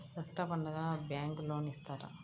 దసరా పండుగ bank loan ఇస్తారా?